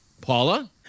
Paula